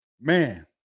man